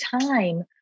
time